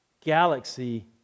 galaxy